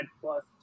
plus